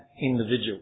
individual